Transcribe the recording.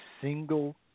single